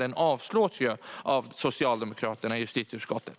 Den avstyrks av Socialdemokraterna i justitieutskottet.